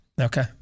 Okay